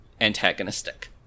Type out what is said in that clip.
antagonistic